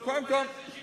לא, הוא היה זה שביטל.